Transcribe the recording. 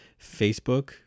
Facebook